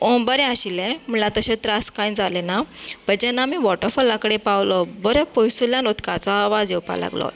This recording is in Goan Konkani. बरें आशिल्ले म्हणल्यार तशें त्रास कांयच जालें ना बट जेन्ना आमी वॉटरफॉला कडेन पावलो बऱ्यां पयसुल्यान उदकाचो आवाज येवपाक लागलो